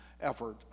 effort